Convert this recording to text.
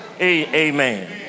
Amen